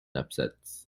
upsets